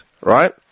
right